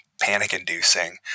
panic-inducing